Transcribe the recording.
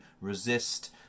resist